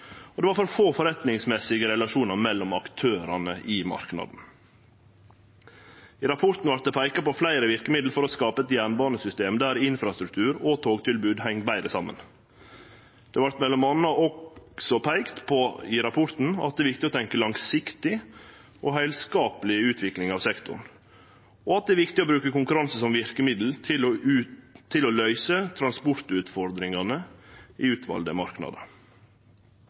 og det var for få forretningsmessige relasjonar mellom aktørane i marknaden. I rapporten vart det peika på fleire verkemiddel for å skape eit jernbanesystem der infrastruktur og togtilbod heng betre saman. Det vart m.a. også peika på i rapporten at det er viktig å tenkje langsiktig og heilskapleg i utviklinga av sektoren, og at det er viktig bruke konkurranse som verkemiddel til å løyse transportutfordringane i utvalde marknader.